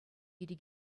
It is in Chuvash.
ирӗк